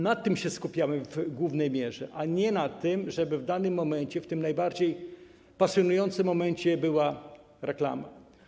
Na tym się skupiamy w głównej mierze, a nie na tym, żeby w danym momencie, w tym najbardziej pasjonującym momencie, była reklama.